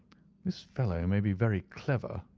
this fellow may be very clever,